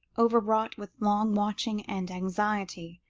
overwrought with long watching and anxiety,